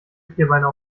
vierbeiner